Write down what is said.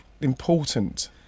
important